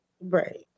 right